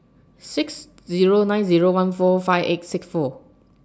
six Zero nine Zero one four five eight six four